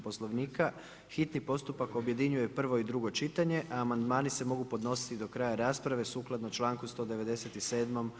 Poslovnika hitni postupak objedinjuje prvo i drugo čitanje, a amandmani se mogu podnositi do kraja rasprave sukladno članku 197.